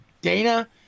Dana